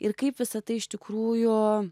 ir kaip visa tai iš tikrųjų